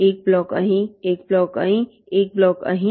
એક બ્લોક અહીં એક બ્લોક અહીં એક બ્લોક અહીં